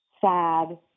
sad